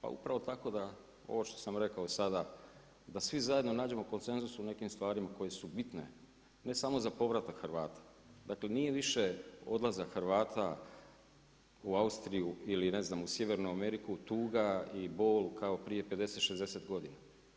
Pa upravo tako da, ovo što sam rekao sada, da svi zajedno nađemo konsenzus u nekim stvarima koje su bitne, ne samo za povratak Hrvata, dakle nije više odlazak Hrvata u Austriju ili ne znam, u Sjevernu Ameriku tuga i bol kao prije 50, 60 godina.